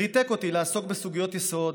ריתק אותי לעסוק בסוגיות יסוד,